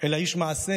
אלא איש מעשה,